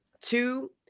Two